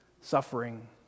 suffering